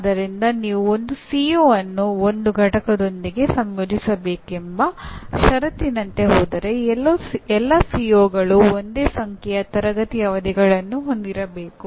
ಆದ್ದರಿಂದ ನೀವು ಒಂದು ಸಿಒ ಅನ್ನು ಒಂದು ಪಠ್ಯದೊಂದಿಗೆ ಸಂಯೋಜಿಸಬೇಕೆಂಬ ಷರತ್ತಿನಂತೆ ಹೋದರೆ ಎಲ್ಲಾ ಸಿಒಗಳು ಒಂದೇ ಸಂಖ್ಯೆಯ ತರಗತಿ ಅವಧಿಗಳನ್ನು ಹೊಂದಿರಬೇಕು